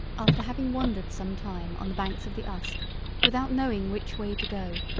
after having wandered some time on the banks of the uske without knowing which way to go,